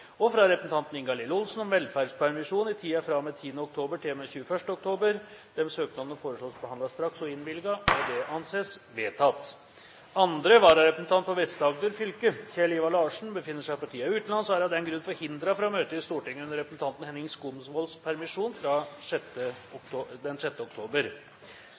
og med 10. oktober til og med 21. oktober Disse søknadene foreslås behandlet straks og innvilget. – Det anses vedtatt. Andre vararepresentant for Vest-Agder fylke, Kjell Ivar Larsen, befinner seg for tiden utenlands og er av den grunn forhindret fra å møte i Stortinget under representanten Henning Skumsvolls permisjon 6. oktober.